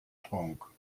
drohung